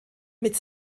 mit